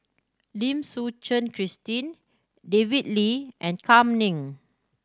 Lim Suchen Christine David Lee and Kam Ning